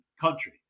country